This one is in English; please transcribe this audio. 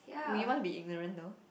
we want to be ignorant though